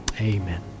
Amen